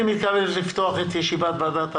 אני מתכבד לפתוח את ישיבת ועדת העבודה,